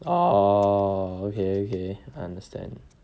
oh okay okay I understand